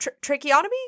tracheotomy